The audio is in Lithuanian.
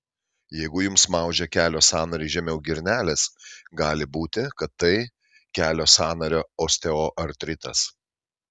jeigu jums maudžia kelio sąnarį žemiau girnelės gali būti kad tai kelio sąnario osteoartritas